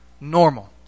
normal